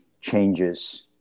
changes